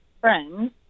friends